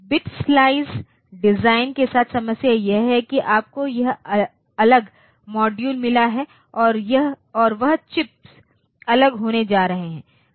bit slice design के साथ समस्या यह है कि आपको यह अलग मॉड्यूल मिला है और वह चिप्स अलग होने जा रहे हैं